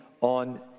on